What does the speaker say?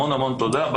המון המון תודה,